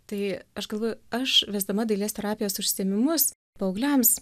tai aš galvoju aš vesdama dailės terapijos užsiėmimus paaugliams